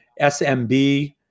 SMB